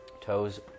Toes